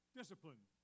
Discipline